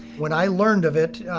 when i learned of it,